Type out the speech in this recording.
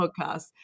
podcast